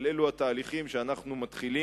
אבל אלו התהליכים שאנחנו מתחילים